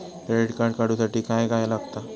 Credit card काढूसाठी काय काय लागत?